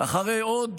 אחרי עוד